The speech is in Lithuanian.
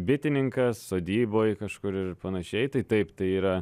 bitininkas sodyboj kažkur ir panašiai tai taip tai yra